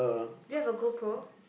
do you have a go pro